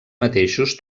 mateixos